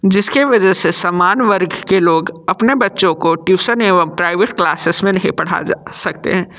जिसके वजह से समान वर्ग के लोग अपने बच्चों को ट्यूशन एवम प्राइवेट क्लासेस में नहीं पढ़ा जा सकते हैं